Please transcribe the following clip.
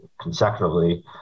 consecutively